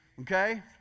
Okay